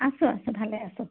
আছোঁ আছোঁ ভালে আছোঁ